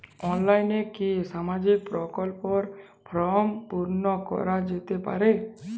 অনলাইনে কি সামাজিক প্রকল্পর ফর্ম পূর্ন করা যেতে পারে?